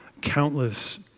countless